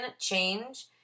change